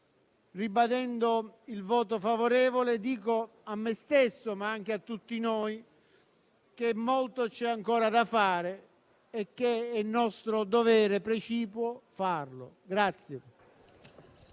Ribadendo il voto favorevole, dico a me stesso, ma anche a tutti voi, che molto c'è ancora da fare e che è nostro dovere precipuo farlo.